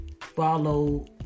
follow